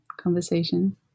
conversation